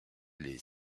les